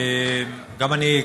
גם אני,